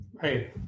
Hey